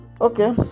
Okay